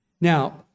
Now